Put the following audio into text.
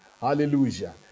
Hallelujah